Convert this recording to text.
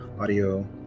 audio